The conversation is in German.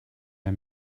der